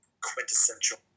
quintessential